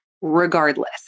regardless